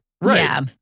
Right